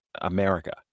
America